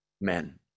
men